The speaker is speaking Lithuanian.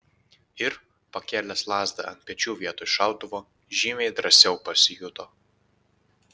ir pakėlęs lazdą ant pečių vietoj šautuvo žymiai drąsiau pasijuto